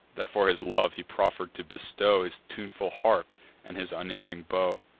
that, for his love, he proffer'd to bestow his tuneful harp and his unerring bow.